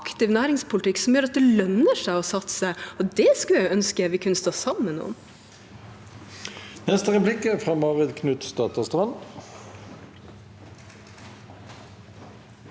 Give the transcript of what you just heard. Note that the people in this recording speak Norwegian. aktiv næringspolitikk som gjør at det lønner seg å satse. Det skulle jeg ønske at vi kunne stå sammen om.